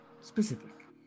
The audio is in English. Specific